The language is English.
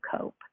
cope